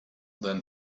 than